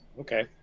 okay